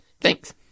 Thanks